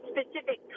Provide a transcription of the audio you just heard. specific